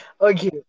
Okay